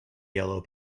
yellow